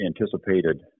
anticipated